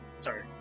sorry